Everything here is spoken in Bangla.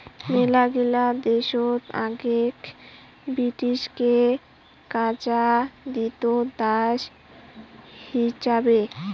মেলাগিলা দেশত আগেক ব্রিটিশকে কাজা দিত দাস হিচাবে